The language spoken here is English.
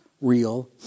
real